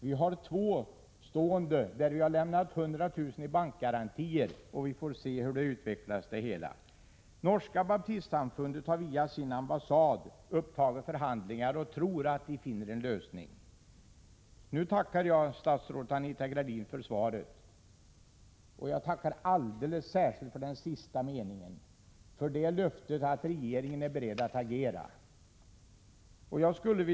Vi har två stående där vi lämnat 100 000 kr. i bankgarantier, och vi får se hur det hela utvecklas. Norska baptistsamfundet har via sin ambassad tagit upp förhandlingar och tror att de finner en lösning. Nu tackar jag statsrådet Anita Gradin för svaret. Jag tackar alldeles särskilt för den sista meningen, för löftet att regeringen är beredd att agera.